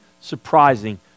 surprising